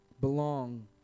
belong